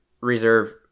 Reserve